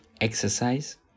exercise